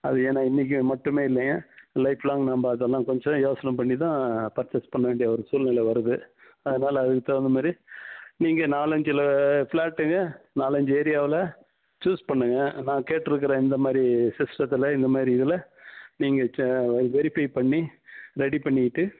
அது ஏன்னால் இன்றைக்கு மட்டுமே இல்லைங்க லைஃப் லாங் நம்ப அதெல்லாம் கொஞ்சம் யோசனை பண்ணி தான் பர்ச்சஸ் பண்ண வேண்டிய ஒரு சூழ்நிலை வருது அதனால் அதுக்கு தகுந்த மாதிரி நீங்கள் நாலு அஞ்சில் ஃபிளாட்டுங்க நாலு அஞ்சு ஏரியாவில் சூஸ் பண்ணுங்க நான் கேட்டுருக்கிற இந்த மாதிரி சிஸ்டத்தில் இந்த மாதிரி இதில் நீங்கள் சே வெரிஃபை பண்ணி ரெடி பண்ணிவிட்டு